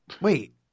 Wait